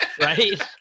right